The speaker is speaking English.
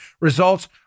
Results